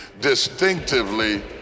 Distinctively